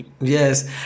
Yes